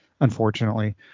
unfortunately